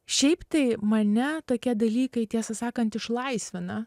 šiaip tai mane tokie dalykai tiesą sakant išlaisvina